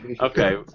Okay